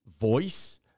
voice